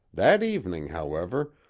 that evening, however,